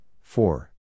four